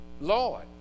Lord